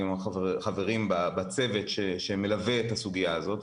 החברים בצוות שמלווה את הסוגיה הזאת,